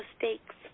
mistakes